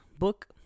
book